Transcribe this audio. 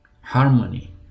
harmony